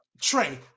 Trey